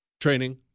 Training